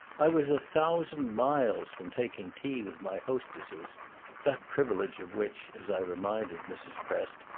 i was a thousand miles from taking tea with my hostesses that privilege of which, as i reminded mrs. prest,